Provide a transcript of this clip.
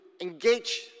engage